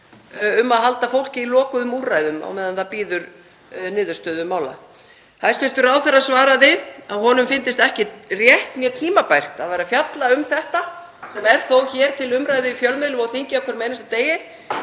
um að halda fólki í lokuðum úrræðum á meðan það bíður niðurstöðu mála. Hæstv. ráðherra svaraði að honum fyndist hvorki rétt né tímabært að vera að fjalla um þetta, sem er þó til umræðu í fjölmiðlum og þinginu á hverjum einasta degi,